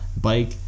Bike